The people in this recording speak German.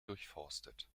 durchforstet